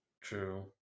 True